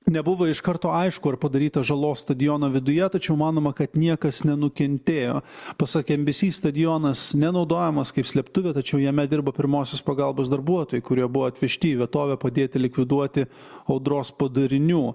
nebuvo iš karto aišku ar padaryta žalos stadiono viduje tačiau manoma kad niekas nenukentėjo pasak embysy stadionas nenaudojamas kaip slėptuvė tačiau jame dirba pirmosios pagalbos darbuotojai kurie buvo atvežti į vietovę padėti likviduoti audros padarinių